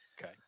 okay